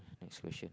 next question